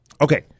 Okay